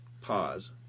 pause